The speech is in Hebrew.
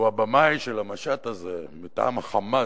לו הבמאי של המשט הזה מטעם ה"חמאס"